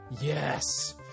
Yes